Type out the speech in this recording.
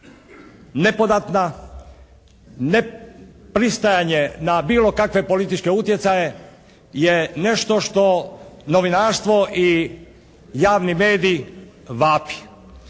nepodatna, nepristajanje na bilo kakve političke utjecaje je nešto što novinarstvo i javni medij vapi.